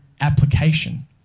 application